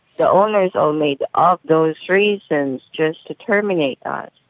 the owners all made up those reasons just to terminate us.